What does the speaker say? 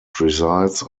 presides